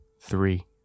three